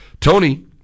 tony